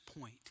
point